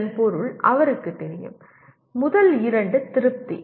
இதன் பொருள் அவருக்குத் தெரியும் முதல் இரண்டு திருப்தி